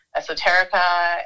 esoterica